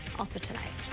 also tonight,